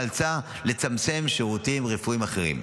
לאלצה לצמצם שירותים רפואיים אחרים.